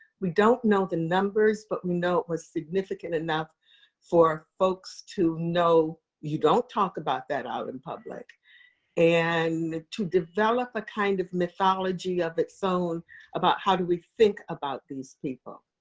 we don't know the numbers, but we know it was significant enough for folks to know you don't talk about that out in public and to develop a kind of mythology of its own about how do we think about these people.